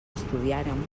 estudiàrem